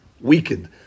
weakened